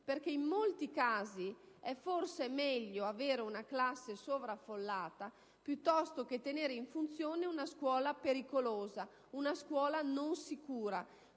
in molti casi forse è meglio avere una classe sovraffollata piuttosto che tenere in funzione una scuola pericolosa, non sicura.